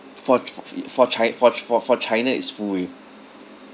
for for chi~ for ch~ for for china is full